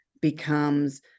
becomes